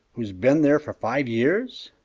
who's been there for five years?